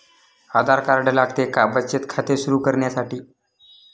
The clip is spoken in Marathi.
आधार कार्ड लागते का बचत खाते सुरू करण्यासाठी?